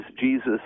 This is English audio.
Jesus